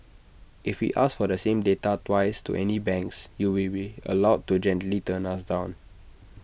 if we ask for the same data twice to any banks you will be allowed to gently turn us down